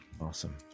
Awesome